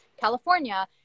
California